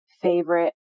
favorite